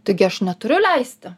taigi aš neturiu leisti